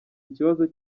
ikibazo